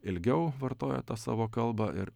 ilgiau vartojo tą savo kalbą ir